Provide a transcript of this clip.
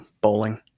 bowling